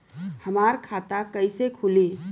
हमार खाता कईसे खुली?